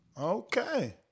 Okay